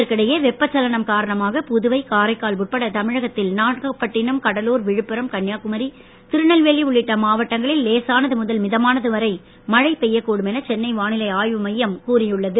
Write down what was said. இதற்கிடையே வெப்பச் சலனம் காரணமாக புதுவை காரைக்கால் உட்பட தமிழகத்தின் நாகப்பட்டினம் கடலூர் விழுப்புரம் கன்னியாகுமரி திருநெல்வேலி உள்ளிட்ட மாவட்டங்களில் லேசானது ழுதல் மிதமானது வரை மழை பெய்யக் கூடும் என சென்னை வானிலை ஆய்வு மையம் கூறியுள்ளது